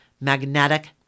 magnetic